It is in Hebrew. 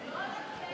זה לא בסדר.